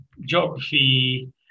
geography